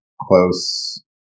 close